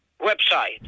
Website